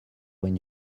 une